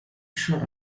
shut